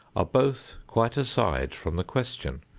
are both quite aside from the question.